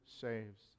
saves